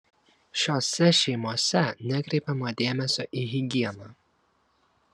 šiose šeimose nekreipiama dėmesio į higieną